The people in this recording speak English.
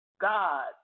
God